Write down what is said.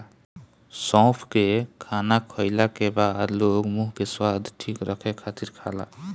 सौंफ के खाना खाईला के बाद लोग मुंह के स्वाद ठीक रखे खातिर खाला